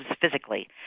physically